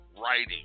writing